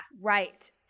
Right